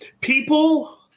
People